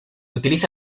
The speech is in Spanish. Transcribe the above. utiliza